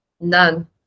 None